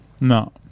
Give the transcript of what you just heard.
No